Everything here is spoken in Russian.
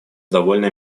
довольно